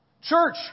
Church